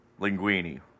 Linguini